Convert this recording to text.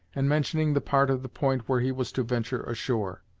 and mentioning the part of the point where he was to venture ashore.